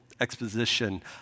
exposition